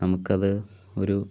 നമുക്ക് അത് ഒരു